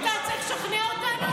אתה צריך לשכנע אותנו?